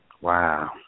Wow